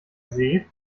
seh